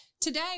today